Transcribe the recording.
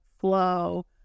flow